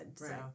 Right